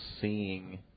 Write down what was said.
seeing